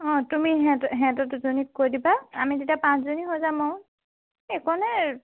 অঁ তুমি সিহঁত সিহঁতৰ দুজনীক কৈ দিবা আমি তেতিয়া পাঁচজনী হৈ যাম আৰু এইকণহে